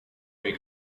nei